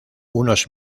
unos